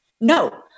No